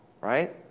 right